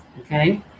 Okay